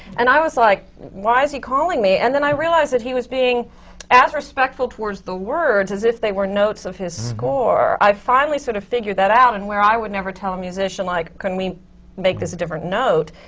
and i was like, why is he calling me? and then i realized that he was being as respectful towards the words as if they were notes of his score. i finally sort of figured that out. and where i would never tell a musician, like, can we make this a different note?